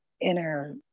inner